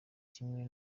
kimwe